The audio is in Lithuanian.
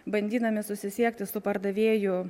bandydami susisiekti su pardavėju